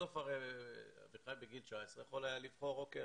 בסוף הרי אביחי בגיל 19 יכול היה לבחור: אוקיי,